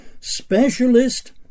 Specialist